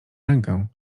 rękę